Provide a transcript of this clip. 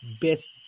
best